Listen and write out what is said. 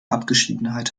abgeschiedenheit